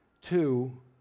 Two